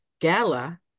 Gala